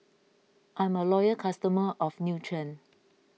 I'm a loyal customer of Nutren